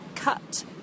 cut